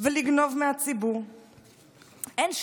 כדי שהם יוכלו להמשיך לגנוב מהציבור.